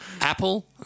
Apple